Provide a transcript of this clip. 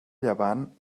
llevant